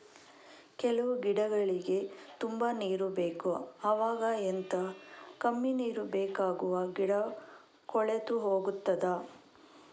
ಕೆಲವು ಗಿಡಗಳಿಗೆ ತುಂಬಾ ನೀರು ಬೇಕು ಅವಾಗ ಎಂತ, ಕಮ್ಮಿ ನೀರು ಬೇಕಾಗುವ ಗಿಡ ಕೊಳೆತು ಹೋಗುತ್ತದಾ?